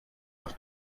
auf